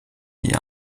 die